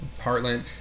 Heartland